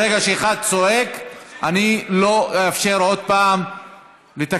ברגע שאחד צועק אני לא אאפשר עוד פעם לתקן.